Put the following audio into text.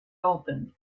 opened